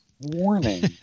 warning